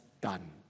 done